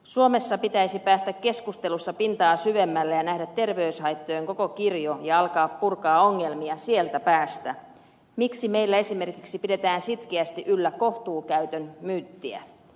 suomessa pitäisi päästä keskustelussa pintaa syvemmälle ja nähdä terveyshaittojen koko kirjo ja alkaa purkaa ongelmia sieltä päästä miksi meillä esimerkiksi pidetään sitkeästi yllä kohtuukäytön myyttiä